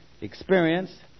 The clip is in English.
experience